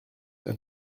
and